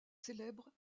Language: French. célèbre